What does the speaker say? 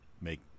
make